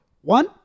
One